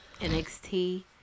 NXT